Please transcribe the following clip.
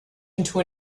into